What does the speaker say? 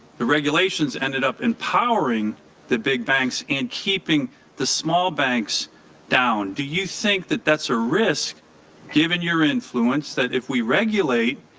regulations ended up empowering the big banks in keeping the small banks down. do you think that that's a risk given your influence that if we regulate,